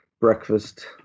breakfast